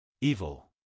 Evil